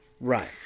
Right